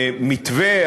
מתווה,